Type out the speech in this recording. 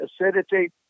acidity